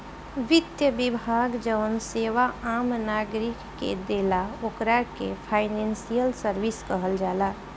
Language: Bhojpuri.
वित्त विभाग जवन सेवा आम नागरिक के देला ओकरा के फाइनेंशियल सर्विस कहल जाला